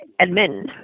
admin